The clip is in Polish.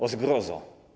O zgrozo!